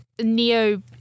Neo